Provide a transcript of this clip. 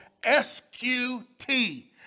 SQT